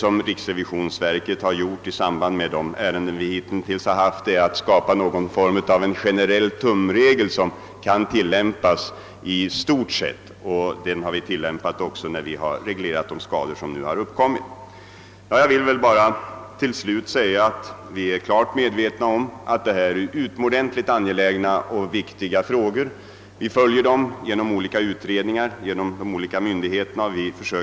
Vid behandlingen av hittills föreliggande ärenden har riksrevisionsverket försökt att skapa en generell tumregel som i stort sett kan tillämpas. När vi reglerat de skador som uppstått, har vi också tillämpat denna. Till slut vill jag säga att vi är klart medvetna om att dessa frågor är utomordentligt viktiga och angelägna. Vi följer dem genom olika myndigheter och utredningar.